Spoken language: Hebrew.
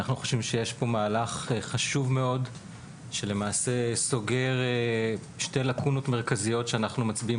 יש כאן מהלך חשוב מאוד שסוגר שתי לקונות מרכזיות שאנחנו מצביעים